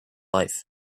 life